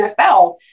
NFL